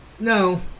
No